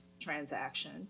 transaction